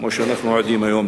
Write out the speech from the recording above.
כמו שאנחנו עדים היום,